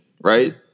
right